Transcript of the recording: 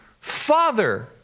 Father